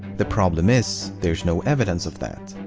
the problem is, there is no evidence of that.